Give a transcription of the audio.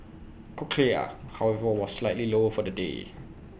cochlear however was slightly lower for the day